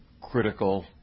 critical